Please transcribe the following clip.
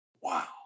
wow